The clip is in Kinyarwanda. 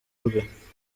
rwe